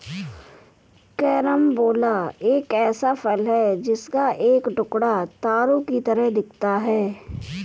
carambola एक ऐसा फल है जिसका एक टुकड़ा तारों की तरह दिखता है